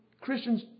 Christians